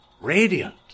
radiant